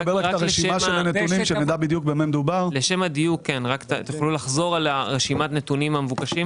האם תוכלו לחזור על רשימת הנתונים המבוקשים?